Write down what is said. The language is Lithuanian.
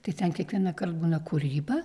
tai ten kiekvienąkart būna kūryba